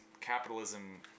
capitalism